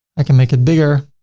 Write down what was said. i can make it bigger.